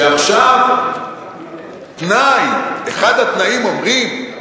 שעכשיו תנאי, אחד התנאים, אומרים,